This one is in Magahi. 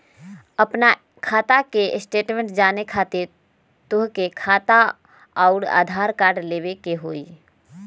आपन खाता के स्टेटमेंट जाने खातिर तोहके खाता अऊर आधार कार्ड लबे के होइ?